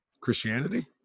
christianity